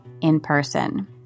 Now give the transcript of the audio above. in-person